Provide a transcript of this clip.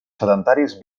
sedentaris